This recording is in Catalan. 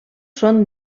són